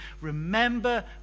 Remember